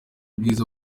bwiza